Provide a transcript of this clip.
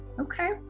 Okay